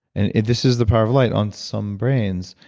and this is the power of light on some brains.